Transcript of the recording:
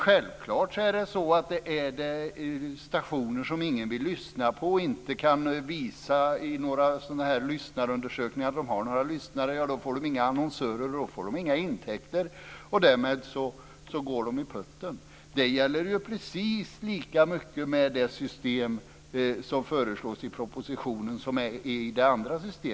Självfallet kan det finnas stationer som ingen vill lyssna på och som inte kan visa att de har några lyssnare. Då får de inga annonsörer och inga intäkter. Därmed går de i putten. Detta gäller precis lika mycket med det system som föreslås i propositionen.